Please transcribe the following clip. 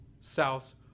South